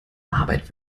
arbeit